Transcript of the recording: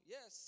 Yes